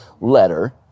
letter